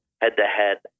head-to-head